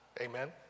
amen